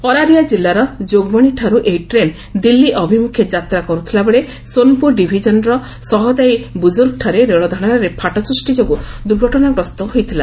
ଅରାରିଆ ଜିଲ୍ଲାର ଯୋଗ୍ବଣୀଠାରୁ ଏହି ଟ୍ରେନ୍ ଦିଲ୍ଲୀ ଅଭିମୁଖେ ଯାତ୍ରା କରୁଥିଲାବେଳେ ସୋନ୍ପୁର ଡିଭିଜିନର ସହଦାଇ ବୁଜୁର୍ଗ୍ଠାରେ ରେଳଧାରଣାରେ ଫାଟ ସୃଷ୍ଟି ଯୋଗୁଁ ଦୁର୍ଘଟଣାଗ୍ରସ୍ତ ହୋଇଥିଲା